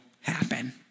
happen